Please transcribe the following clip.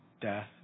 death